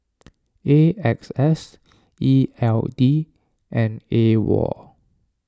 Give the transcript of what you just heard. A X S E L D and Awol